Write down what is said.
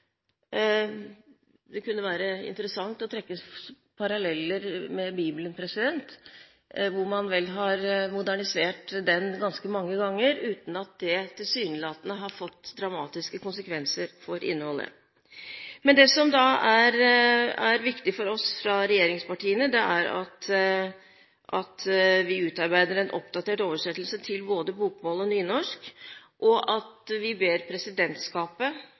Det kunne være interessant å trekke paralleller til Bibelen, som vel er modernisert ganske mange ganger, uten at det tilsynelatende har fått dramatiske konsekvenser for innholdet. Det som er viktig for oss fra regjeringspartiene, er at vi utarbeider en oppdatert oversettelse til både bokmål og nynorsk, og at vi ber Presidentskapet